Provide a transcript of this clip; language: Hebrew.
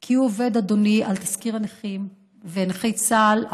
כי הוא עובד, אדוני, על תזכיר הנכים ונכי צה"ל.